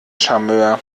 charmeur